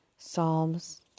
Psalms